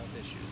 issues